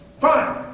Fine